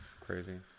Crazy